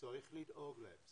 צריך לדאוג להם,